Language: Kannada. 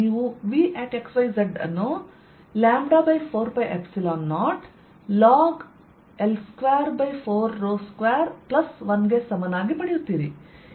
ನೀವು Vx y z ಅನ್ನು λ4π0ಲಾಗ್L2421ಗೆ ಸಮನಾಗಿ ಪಡೆಯುತ್ತೀರಿ